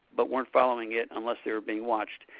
but weren't following it unless they were being watched.